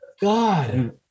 God